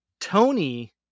Tony